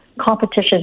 competition